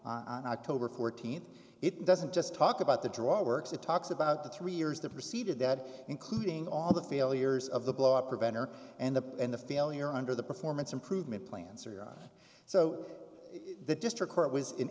on october fourteenth it doesn't just talk about the drug works it talks about the three years that preceded that including all the failures of the blowout preventer and the and the failure under the performance improvement plan zero so the district court was